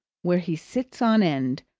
where he sits on end,